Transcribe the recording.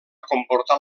comportar